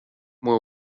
moi